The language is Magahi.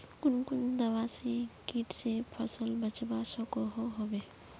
कुन कुन दवा से किट से फसल बचवा सकोहो होबे?